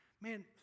man